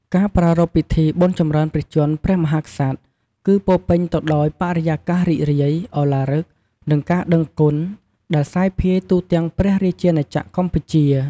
ការប្រារព្ធពិធីបុណ្យចម្រើនព្រះជន្មព្រះមហាក្សត្រ គឺពោរពេញទៅដោយ បរិយាកាសរីករាយ ឱឡារិក និងការដឹងគុណ ដែលសាយភាយទូទាំងព្រះរាជាណាចក្រកម្ពុជា។